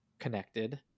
Connected